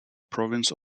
province